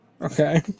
Okay